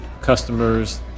customers